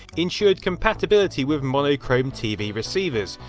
ensured compatibility with monochrome tv receivers,